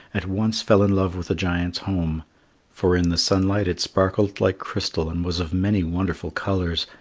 at once fell in love with the giant's home for in the sunlight it sparkled like crystal and was of many wonderful colours,